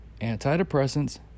antidepressants